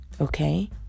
okay